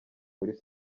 muri